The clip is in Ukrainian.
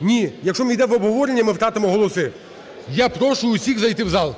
Ні! Якщо ми увійдемо в обговорення, ми втратимо голоси. Я прошу усіх зайти в зал